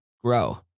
grow